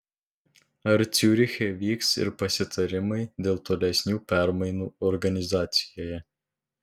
ar ciuriche vyks ir pasitarimai dėl tolesnių permainų organizacijoje